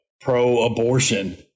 pro-abortion